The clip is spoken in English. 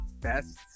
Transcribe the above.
best